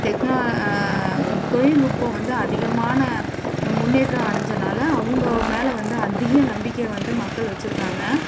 தொழில்நுட்பம் வந்து அதிகமான முன்னேற்றம் அடைஞ்சனால அவங்க மேலே வந்து அதிகம் நம்பிக்கை வந்து மக்கள் வைச்சிருக்காங்க